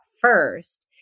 first